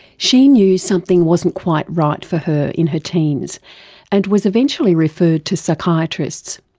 she knew something wasn't quite right for her in her teens and was eventually referred to psychiatrists.